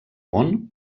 món